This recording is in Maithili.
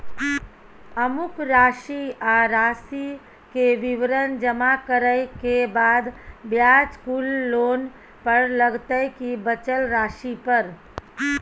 अमुक राशि आ राशि के विवरण जमा करै के बाद ब्याज कुल लोन पर लगतै की बचल राशि पर?